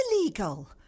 illegal